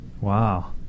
wow